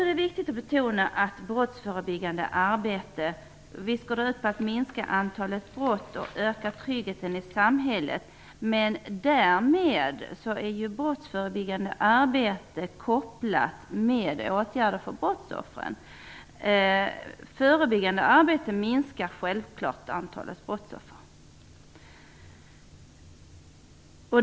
Det är viktigt att betona att det brottsförebyggande arbetet givetvis skall minska antalet brott och öka tryggheten i samhället. Därmed är det brottsförebyggande arbetet kopplat till åtgärder för brottsoffer. Förebyggande arbete minskar självfallet antalet brottsoffer.